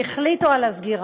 והחליטו על הסגירה,